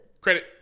Credit